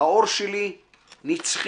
האור שלי / נצחי,